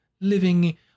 living